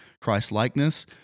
Christ-likeness